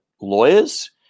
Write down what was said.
lawyers